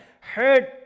heard